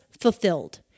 fulfilled